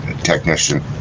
technician